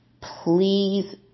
please